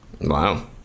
Wow